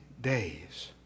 days